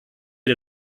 mit